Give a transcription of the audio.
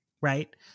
Right